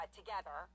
together